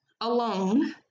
alone